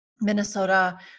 Minnesota